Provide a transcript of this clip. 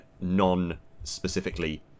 non-specifically